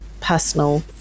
personal